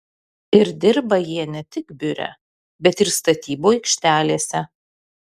ir dirba jie ne tik biure bet ir statybų aikštelėse